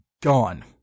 gone